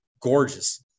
gorgeous